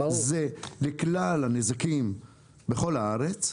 זה לכלל הנזקים בכל הארץ,